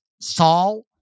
Saul